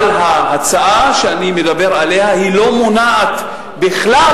אבל ההצעה שאני מדבר עליה לא מונעת בכלל